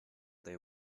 they